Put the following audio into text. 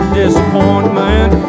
disappointment